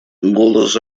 голос